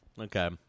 Okay